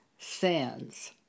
sins